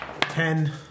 Ten